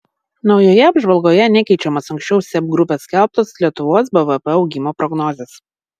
naujoje apžvalgoje nekeičiamos anksčiau seb grupės skelbtos lietuvos bvp augimo prognozės